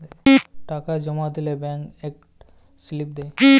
টাকা জমা দিলে ব্যাংক ইকট সিলিপ দেই